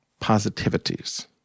positivities